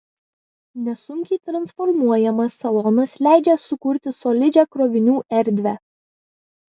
nesunkiai transformuojamas salonas leidžia sukurti solidžią krovinių erdvę